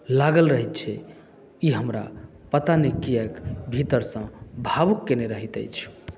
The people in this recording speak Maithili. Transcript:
लागल रहैत छै ई हमरा पता नहि किएक भीतरसँ भावुक कयने रहैत अछि